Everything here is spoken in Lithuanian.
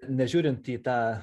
nežiūrint į tą